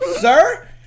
sir